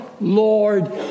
Lord